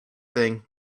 thing